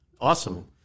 Awesome